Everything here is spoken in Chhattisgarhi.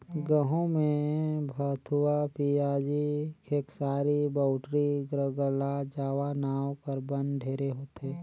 गहूँ में भथुवा, पियाजी, खेकसारी, बउटरी, ज्रगला जावा नांव कर बन ढेरे होथे